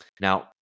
Now